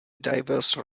diverse